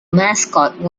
mascot